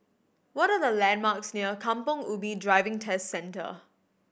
what are the landmarks near Kampong Ubi Driving Test Centre